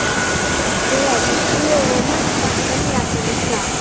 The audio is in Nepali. ए हजुर उयो मखमली पनि राखिदिनुस् न